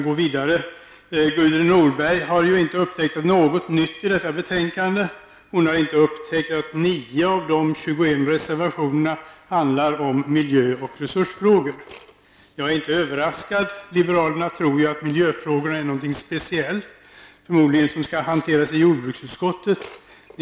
Gudrun Norberg har ju inte upptäckt något nytt i detta betänkande. Hon har inte upptäckt att 9 av de 21 reservationerna handlar om miljö-, och resursfrågor. Jag är inte överraskad. Liberalerna tror att miljöfrågorna är något speciellt, förmodligen något som skall hanteras i jordbruksutskottet.